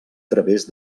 través